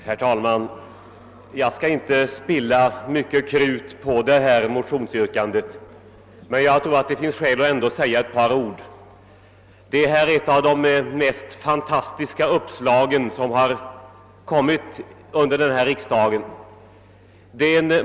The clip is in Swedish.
Herr talman! Jag skall inte spilla mycket krut på förevarande motionsyrkande. Men jag tror att det finns skäl att säga ett par ord om det. Det är ett av de mest fantastiska uppslag som framförts under denna riksdag.